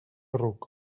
ruc